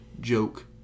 joke